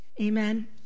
Amen